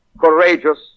courageous